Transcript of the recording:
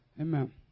Amen